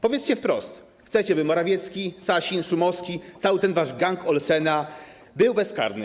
Powiedzcie wprost: chcecie, by Morawiecki, Sasin, Szumowski, cały ten wasz gang Olsena był bezkarny.